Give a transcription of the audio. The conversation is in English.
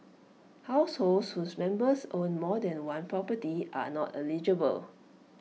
households whose members own more than one property are not eligible